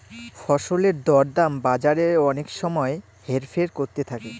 ফসলের দর দাম বাজারে অনেক সময় হেরফের করতে থাকে